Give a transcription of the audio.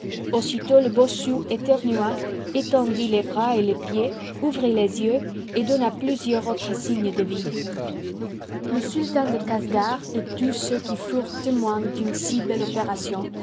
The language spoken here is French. aussitôt le bossu ctcrnua étendit les bras et les pieds ouvrit les yeux c donna plusieurs autres signes de vie le sultan de casgar et tous ceux qui furent témoins d'une si belle opération